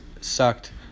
sucked